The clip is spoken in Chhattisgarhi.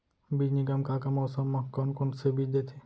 बीज निगम का का मौसम मा, कौन कौन से बीज देथे?